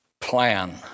plan